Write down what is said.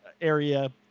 area